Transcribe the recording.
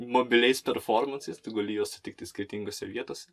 mobiliais performansais tu gali juos sutikti skirtingose vietose